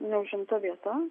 neužimta vieta